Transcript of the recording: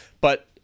But-